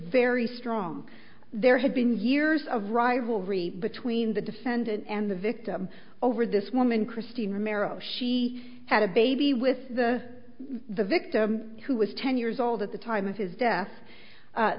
very strong there had been years of rivalry between the defendant and the victim over this woman christina marrow she had a baby with the the victim who was ten years old at the time of his death